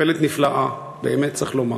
מטפלת נפלאה, באמת צריך לומר.